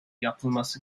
yapılması